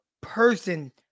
person